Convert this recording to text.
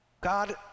God